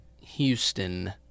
Houston